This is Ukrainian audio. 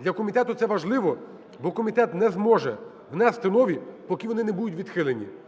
Для комітету це важливо, бо комітет не зможе внести нові, поки вони не будуть відхилені.